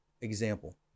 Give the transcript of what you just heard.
example